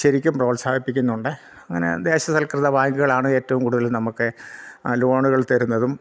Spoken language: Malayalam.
ശരിക്കും പ്രോത്സാഹിപ്പിക്കുന്നുണ്ട് അങ്ങനെ ദേശസൽക്കൃത ബാങ്കുകളാണ് ഏറ്റവും കൂടുതൽ നമുക്ക് ലോണുകൾ തരുന്നതും